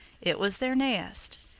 it was their nest.